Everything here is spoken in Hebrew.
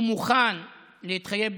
הוא מוכן להתחייב,